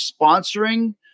sponsoring